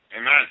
Amen